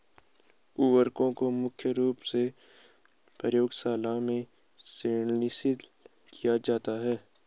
उर्वरकों को मुख्य रूप से प्रयोगशालाओं में संश्लेषित किया जाता है